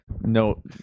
No